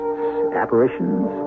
apparitions